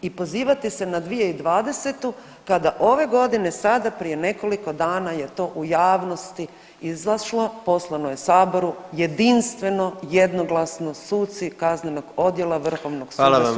I pozivati se na 2020. kada ove godine, sada prije nekoliko dana je to u javnosti izašlo, poslano je saboru, jedinstveno, jednoglasno suci kaznenog odjela Vrhovnog suda [[Upadica: Hvala vam lijepa.]] su protiv.